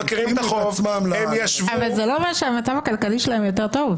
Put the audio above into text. הם מכירים את החוב --- אבל זה לא אומר שהמצב הכלכלי שלהם יותר טוב.